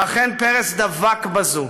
אכן, פרס דבק בזה,